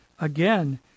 again